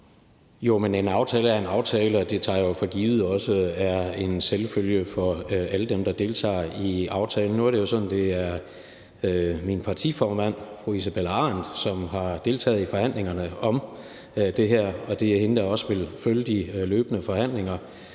(KD): En aftale er en aftale, og det tager jeg for givet også er en selvfølge for alle dem, der deltager i aftalen. Nu er det jo sådan, at det er min partiformand, fru Isabella Arendt, som har deltaget i forhandlingerne om det her, og det er hende, der også vil følge de løbende forhandlinger.